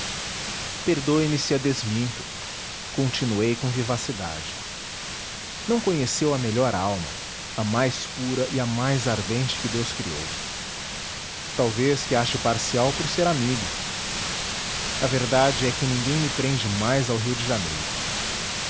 perdoe-me se a desminto continuei com vivacidade não conheceu a melhor alma a mais pura e a mais ardente que deus criou talvez que ache parcial por ser amigo a verdade é que ninguém me prende mais ao rio de janeiro